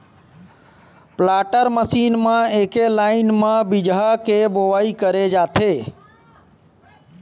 planter machine म एके line म बीजहा के बोवई करे जाथे